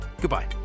goodbye